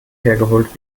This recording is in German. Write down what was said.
hergeholt